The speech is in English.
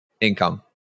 income